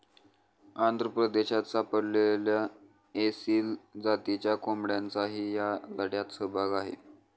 आंध्र प्रदेशात सापडलेल्या एसील जातीच्या कोंबड्यांचाही या लढ्यात सहभाग आहे